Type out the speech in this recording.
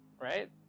Right